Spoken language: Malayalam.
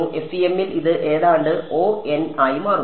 FEM ൽ ഇത് ഏതാണ്ട് ആയി മാറുന്നു